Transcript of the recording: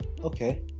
okay